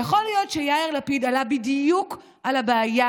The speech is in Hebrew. ויכול להיות שיאיר לפיד עלה בדיוק על הבעיה